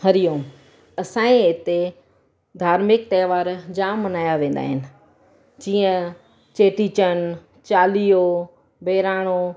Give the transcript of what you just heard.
हरिओम असांजे हिते धार्मिक त्योहार जाम मल्हाया वेंदा आहिनि जीअं चेटी चंड चालीहो ॿहिराणो